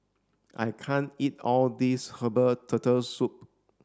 I can't eat all this herbal turtle soup